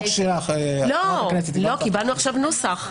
כי בהצעת החוק שלך --- לא, קיבלנו עכשיו נוסח.